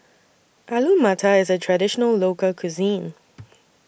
Alu Matar IS A Traditional Local Cuisine